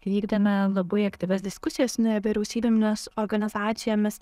vykdome labai aktyvias diskusijas nevyriausybines organizacijomis